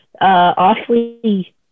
awfully